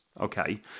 okay